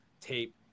tape